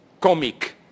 comic